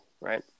right